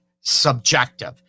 subjective